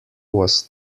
was